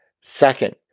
Second